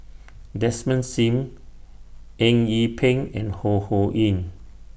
Desmond SIM Eng Yee Peng and Ho Ho Ying